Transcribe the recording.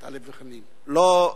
לא,